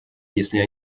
если